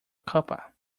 cuppa